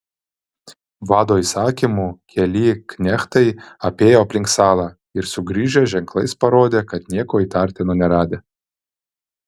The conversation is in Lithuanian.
vado įsakymu keli knechtai apėjo aplink salą ir sugrįžę ženklais parodė kad nieko įtartino neradę